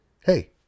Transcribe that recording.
hey